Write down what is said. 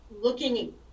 looking